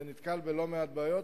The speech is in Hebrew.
זה נתקל בלא-מעט בעיות,